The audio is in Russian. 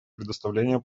предоставления